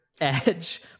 edge